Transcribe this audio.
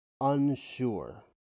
unsure